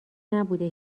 نبوده